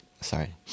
sorry